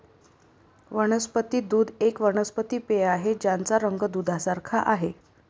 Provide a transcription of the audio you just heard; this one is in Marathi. वनस्पती दूध एक वनस्पती पेय आहे ज्याचा रंग दुधासारखे आहे